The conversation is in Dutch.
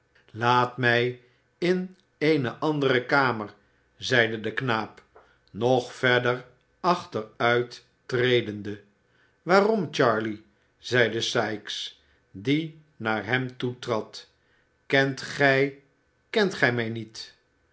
laat mij in eene andere kamer zeide de knaap nog verder achteruittredende waarom charley zeide sikes die naar hem toetrad kent gij kent gij mij niet